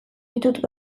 ditut